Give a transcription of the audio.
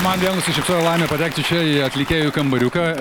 man vėl nusišypsojo laimė patekti čia į atlikėjų kambariuką